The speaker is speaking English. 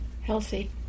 healthy